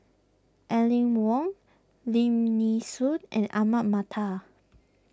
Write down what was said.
Aline Wong Lim Nee Soon and Ahmad Mattar